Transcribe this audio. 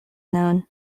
known